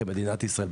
כמדינת ישראל,